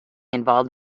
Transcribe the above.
involved